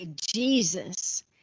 Jesus